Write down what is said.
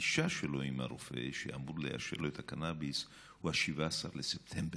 הפגישה שלו עם הרופא שאמור לאשר לו את הקנאביס הוא 17 בספטמבר.